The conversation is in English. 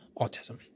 autism